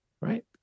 right